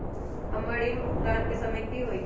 हमर ऋण भुगतान के समय कि होई?